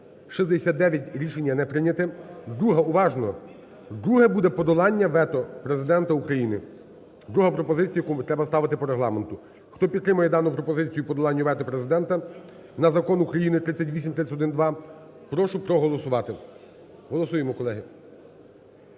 За-69 Рішення не прийняте. Друге. Уважно! Друге буде – подолання вето Президента України. Друга пропозиція, яку треба ставити по Регламенту. Хто підтримує дану пропозицію – подолання вето Президента на Закон України 3831-2, – прошу проголосувати. Голосуємо, колеги.